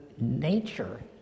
nature